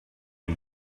and